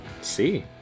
see